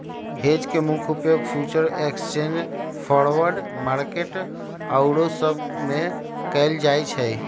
hedge के मुख्य उपयोग फ्यूचर एक्सचेंज, फॉरवर्ड मार्केट आउरो सब में कएल जाइ छइ